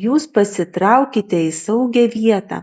jūs pasitraukite į saugią vietą